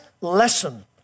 lesson